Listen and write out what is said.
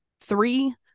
three